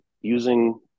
using